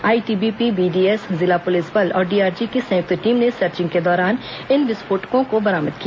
ITBP BDS जिला पुलिस बल और डीआरजी की सयुक्त टीम ने सर्चिंग के दौरान इन विस्फोटक को बरामद किया